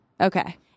Okay